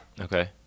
Okay